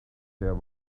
there